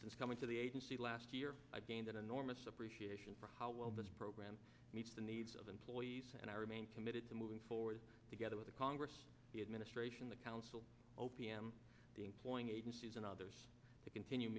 since coming to the agency last year i gained an enormous appreciation for how well this program meets the needs of employees and i remain committed to moving forward together with the congress the administration the council o p m the employing agencies and others to continue